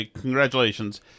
congratulations